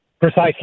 Precisely